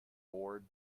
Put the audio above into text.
bored